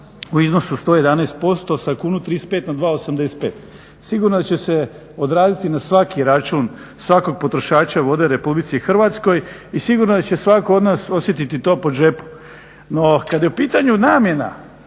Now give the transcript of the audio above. u iznosu od 110%, sa 1,35 na 2,85. Sigurno će se odraziti na svaki račun svakog potrošača vode u Republici Hrvatskoj i sigurno da će svatko od nas osjetiti to po džepu. No, kad je u pitanju namjena